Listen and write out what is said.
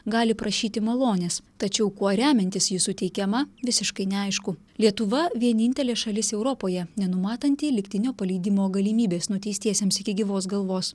gali prašyti malonės tačiau kuo remiantis ji suteikiama visiškai neaišku lietuva vienintelė šalis europoje nenumatanti lygtinio paleidimo galimybės nuteistiesiems iki gyvos galvos